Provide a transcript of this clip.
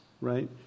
right